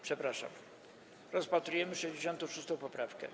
Przepraszam, rozpatrujemy 66. poprawkę.